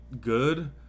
good